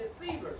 deceivers